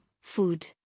food